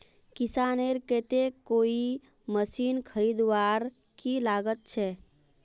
किसानेर केते कोई मशीन खरीदवार की लागत छे?